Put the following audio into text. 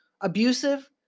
abusive